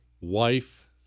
Wife